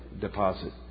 deposit